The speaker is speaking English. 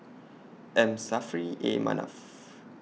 M Saffri A Manaf